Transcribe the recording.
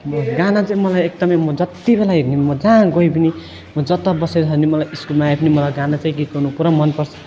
गाना चाहिँ मलाई एकदमै म जत्ति बेला हिँडे पनि म जहाँ गए पनि म जता बसेको छ भने पनि मलाई स्कुलमा आए पनि मलाई गाना चाहिँ गीत गाउनु पुरा मनपर्छ